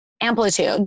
Amplitude